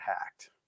hacked